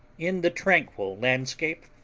in the tranquil landscape,